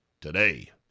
today